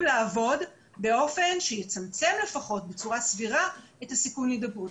לעבוד באופן שיצמצם לפחות בצורה סבירה את הסיכון להידבקות.